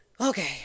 Okay